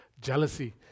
jealousy